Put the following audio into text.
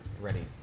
ready